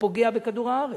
הוא פוגע בכדור-הארץ,